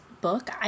book